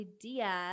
idea